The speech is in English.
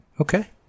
Okay